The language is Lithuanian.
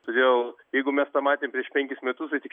todėl jeigu mes pamatėme prieš penkis metus tikriausiai